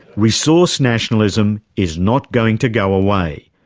resource nationalism is not going to go away,